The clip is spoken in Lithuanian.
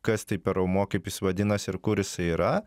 kas tai per raumuo kaip jis vadinasi ir kur jisai yra